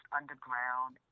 underground